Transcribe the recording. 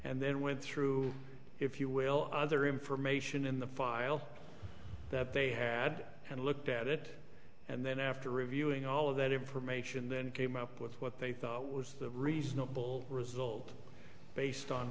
and then went through if you will other information in the file that they had and looked at it and then after reviewing all of that information then came up with what they thought was reasonable result based on